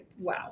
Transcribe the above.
wow